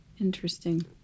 Interesting